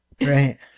Right